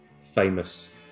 famous